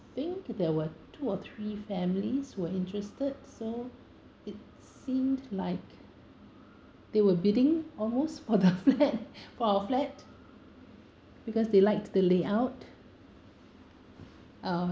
think there were two or three families were interested so it seemed like they were bidding almost for the flat for our flat because they liked the layout uh